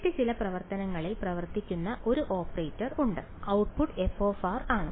മറ്റ് ചില പ്രവർത്തനങ്ങളിൽ പ്രവർത്തിക്കുന്ന ഒരു ഓപ്പറേറ്റർ ഉണ്ട് ഔട്ട്പുട്ട് f ആണ്